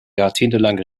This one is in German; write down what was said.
jahrzehntelang